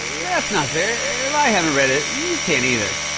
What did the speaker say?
that's not fair. if i haven't read it, you can't either.